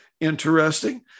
interesting